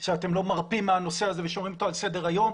שאתם לא מרפים מהנושא הזה ושומרים אותו על סדר היום.